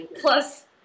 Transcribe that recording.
Plus